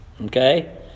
Okay